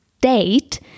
date